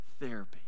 therapy